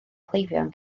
cleifion